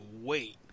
wait